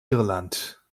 irland